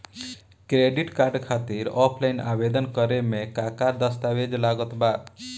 Credit card खातिर offline आवेदन करे म का का दस्तवेज लागत बा?